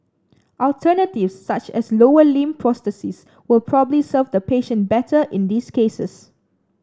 alternatives such as lower limb prosthesis will probably serve the patient better in these cases